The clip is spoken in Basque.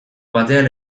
batean